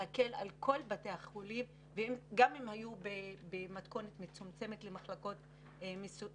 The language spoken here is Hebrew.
להקל על כל בתי החולים גם אם היו במתכונת מצומצמת למחלקות מסוימות.